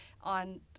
on